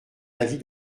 avis